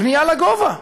בנייה לגובה.